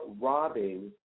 robbing